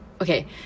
okay